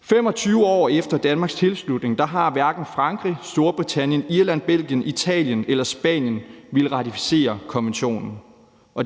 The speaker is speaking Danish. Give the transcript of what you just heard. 25 år efter Danmarks tilslutning har hverken Frankrig, Storbritannien, Irland, Belgien, Italien eller Spanien villet ratificere konventionen.